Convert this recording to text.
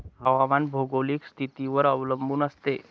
हवामान भौगोलिक स्थितीवर अवलंबून असते